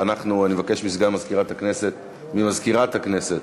אבקש ממזכירת הכנסת